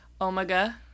omega